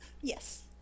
Yes